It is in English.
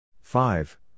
five